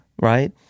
right